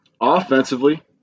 offensively